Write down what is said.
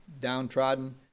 downtrodden